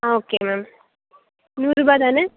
ஆ okay ma'am நூறு ரூபா தானே